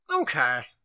Okay